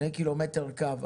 2 קילומטר קו,